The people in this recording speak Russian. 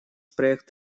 проект